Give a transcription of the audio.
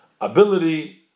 ability